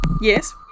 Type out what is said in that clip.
Yes